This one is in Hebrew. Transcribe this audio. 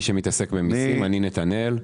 נתנאל,